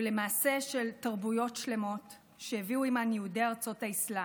ולמעשה של תרבויות שלמות שהביאו איתם יהודי ארצות האסלאם,